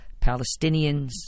Palestinians